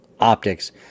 optics